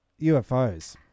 UFOs